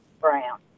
brown